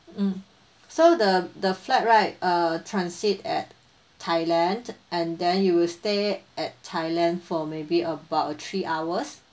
mm so the the flight right uh transit at thailand and then you will stay at thailand for maybe about uh three hours